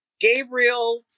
Gabriel